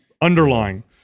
underlying